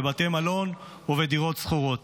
בבתי מלון ובדירות שכורות.